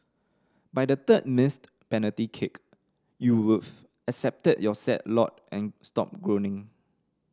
by the third missed penalty kick you would've accepted your sad lot and stopped groaning